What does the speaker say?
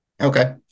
Okay